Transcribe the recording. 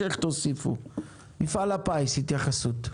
מפעל הפיס, התייחסות.